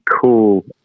cool